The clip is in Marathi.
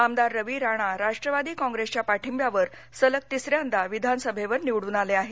आमदार रवी राणा राष्ट्रवादी काँग्रेसच्या पाठींब्यावर सलग तिसऱ्यांदा विधानसभेवर निवडन आले आहेत